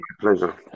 pleasure